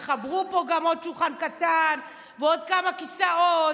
שגם יחברו פה עוד שולחן קטן ועוד כמה כיסאות